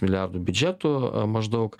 milijardų biudžetu maždaug